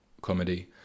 comedy